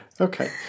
Okay